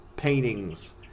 paintings